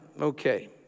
okay